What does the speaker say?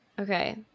okay